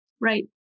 right